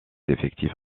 effectifs